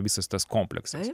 visas tas kompleksas